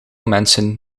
mensen